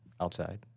outside